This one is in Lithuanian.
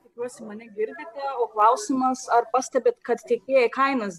tikiuosi mane girdite o klausimas ar pastebit kad tiekėjai kainas